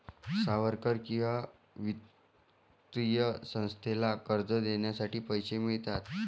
सावकार किंवा वित्तीय संस्थेला कर्ज देण्यासाठी पैसे मिळतात